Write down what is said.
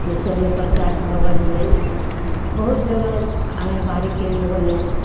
जैसे होलै पञ्चायत भबन भेलै बहुत जगह आँगनबाड़ी केंद्र भेलै